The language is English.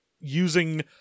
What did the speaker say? using